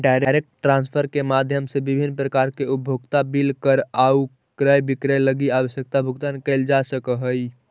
direct transfer के माध्यम से विभिन्न प्रकार के उपभोक्ता बिल कर आउ क्रय विक्रय लगी आवश्यक भुगतान कैल जा सकऽ हइ